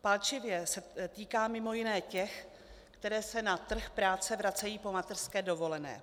Palčivě se to týká mimo jiné těch, které se na trh práce vracejí po mateřské dovolené.